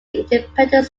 independent